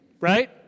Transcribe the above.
right